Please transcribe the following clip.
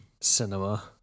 cinema